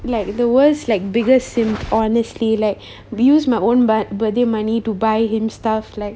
like the world's like biggest sims honestly like used my own birthday money to buy him stuff like